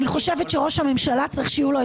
אני חושבת שלראש הממשלה צריך שיהיו את